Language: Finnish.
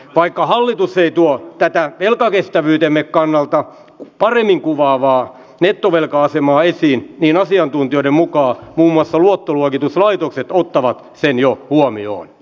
vaikka hallitus ei tuo tätä velkakestävyytemme kannalta paremmin kuvaavaa nettovelka asemaa esiin niin asiantuntijoiden mukaan muun muassa luottoluokituslaitokset ottavat sen jo huomioon